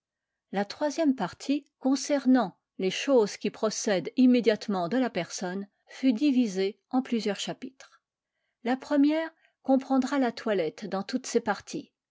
la troisième partie concernant les choses qui procèdent immédiatement de la personne fut divisée en plusieurs chapitres la première comprendra la toilette dans toutes ses parties